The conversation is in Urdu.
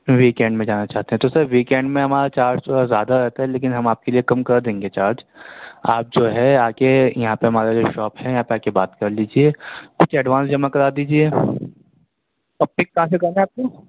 ویکینڈ میں جانا چاہتے ہیں تو سر ویکینڈ میں ہمارا چارج تھوڑا زیادہ رہتا ہے لیکن ہم آپ کے لیے کم کر دیں گے چارج آپ جو ہے آ کے یہاں پہ ہمارا جو شاپ ہے یہاں پہ آ کے بات کر لیجیے کچھ ایڈوانس جمع کرا دیجیے اور پک کہاں سے کرنا ہے آپ کو